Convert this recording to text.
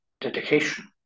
dedication